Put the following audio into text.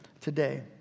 today